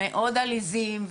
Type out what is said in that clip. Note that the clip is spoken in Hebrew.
מאוד עליזים,